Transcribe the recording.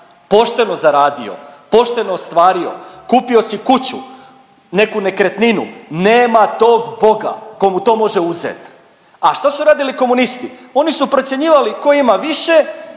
pošteno zaradio, pošteno ostvario, kupio si kuću, neku nekretninu nema tog Boga ko mu to može uzeti. A šta su radili komunisti? Oni su procjenjivali tko ima više